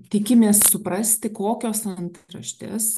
tikimės suprasti kokios antraštės